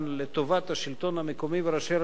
לטובת השלטון המקומי וראשי רשויות,